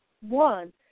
one